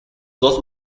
dos